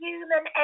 human